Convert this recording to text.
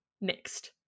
next